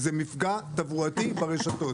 זה מפגע תברואתי ברשתות.